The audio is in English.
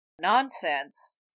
nonsense